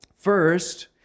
First